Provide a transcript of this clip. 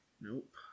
Nope